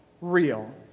real